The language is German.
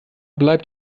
bleibt